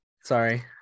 Sorry